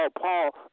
Paul